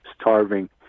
starving